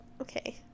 okay